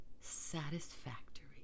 satisfactory